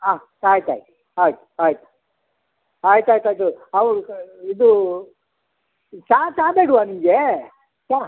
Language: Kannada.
ಆಂ ಆಯ್ತು ಆಯಿತು ಆಯಿತು ಆಯಿತು ಆಯ್ತು ಆಯ್ತು ಆಯಿತು ಹೌದು ಇದು ಚಹಾ ಚಹಾ ಬೇಡವಾ ನಿಮ್ಗೆ ಚಹಾ